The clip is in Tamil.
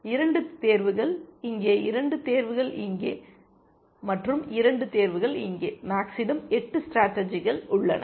2 தேர்வுகள் இங்கே 2 தேர்வுகள் இங்கே மற்றும் 2 தேர்வுகள் இங்கே மேக்ஸிடம் 8 ஸ்டேடர்ஜிகள் உள்ளன